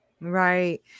Right